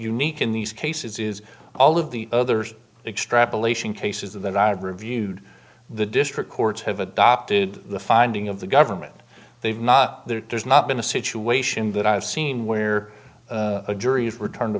unique in these cases is all of the others extrapolation cases that i've reviewed the district courts have adopted the finding of the government they've not there's not been a situation that i've seen where a jury has returned